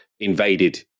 invaded